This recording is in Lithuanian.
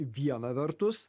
viena vertus